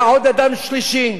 אדם, שלישי,